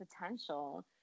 potential